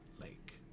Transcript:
lake